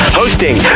hosting